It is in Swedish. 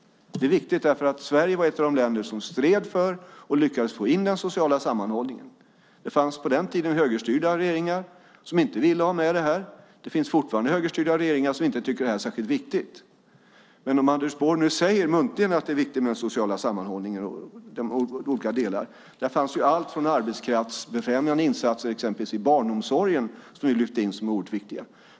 Det är viktigt, därför att Sverige var ett av de länder som stred för och lyckades få in den sociala sammanhållningen. Det fanns på den tiden högerstyrda regeringar som inte ville ha med det. Det finns fortfarande högerstyrda regeringar som inte tycker att det är särskilt viktigt. Det var allt från arbetskraftsbefrämjande insatser exempelvis i barnomsorgen i det som vi lyfte in som är oerhört viktiga.